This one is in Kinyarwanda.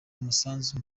umusanzu